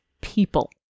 people